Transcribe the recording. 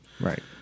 Right